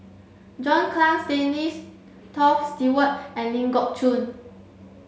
John Clang Stanley Toft Stewart and Ling Geok Choon